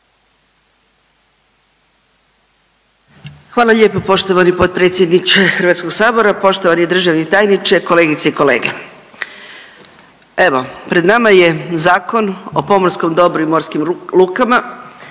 Hvala lijepo poštovani potpredsjedniče Hrvatskog sabora. Poštovani državni tajniče, kolegice i kolege, evo pred nama je Zakon o pomorskom dobru i morskim lukama